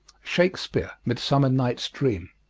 shakespeare, midsummer-night's dream.